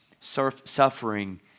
suffering